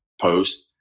post